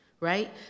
Right